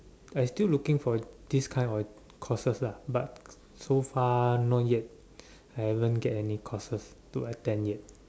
I still looking for this kind of courses lah but so far not yet I haven't get any courses to attend yet